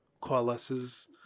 coalesces